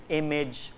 image